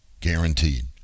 Guaranteed